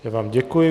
Já vám děkuji.